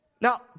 Now